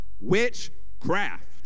witchcraft